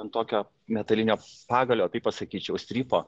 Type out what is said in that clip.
ant tokio metalinio pagalio taip pasakyčiau strypo